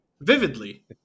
Vividly